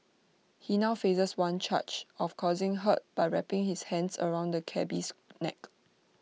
he now faces one charge of causing hurt by wrapping his hands around the cabby's neck